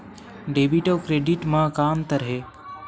Debit अउ credit म का अंतर हे?